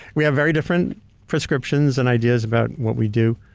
we have very different prescriptions and ideas about what we do,